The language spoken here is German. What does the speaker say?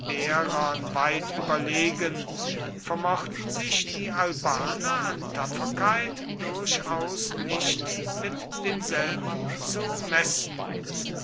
weit überlegen vermochten sich die albaner an tapferkeit durchaus nicht mit denselben zu messen